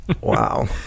wow